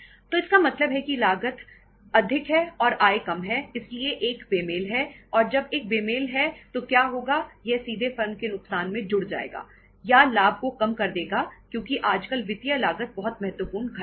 तो इसका मतलब है कि लागत अधिक है और आय कम है इसलिए एक बेमेल है और जब एक बेमेल है तो क्या होगा यह सीधे फर्म के नुकसान मैं जुड़ जाएगा या लाभ को कम कर देगा क्योंकि आजकल वित्तीय लागत बहुत महत्वपूर्ण घटक है